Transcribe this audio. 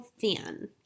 thin